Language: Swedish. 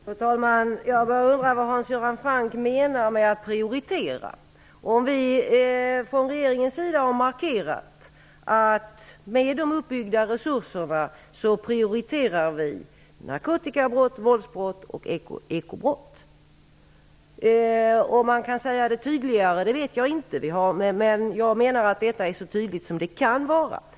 Fru talman! Jag börjar undra vad Hans Göran Franck menar med att prioritera. Från regeringens sida har vi markerat att vi med de uppbyggda resurserna prioriterar narkotikabrott, våldsbrott och ekobrott. Om man kan säga det tydligare vet jag inte. Att det är jämställt är så tydligt som det kan vara.